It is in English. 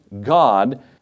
God